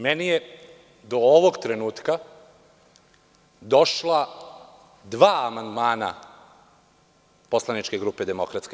Meni su do ovog trenutka došla dva amandmana poslaničke grupe DS.